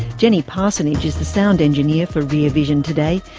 jenny parsonage is the sound engineer for rear vision today.